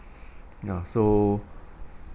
ya so